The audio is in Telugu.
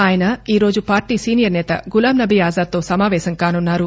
ఆయన ఈరోజు పార్టీ సీనియర్ నేత గులాం నబీ ఆజాద్తో సమావేశం కానున్నారు